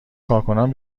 کارکنان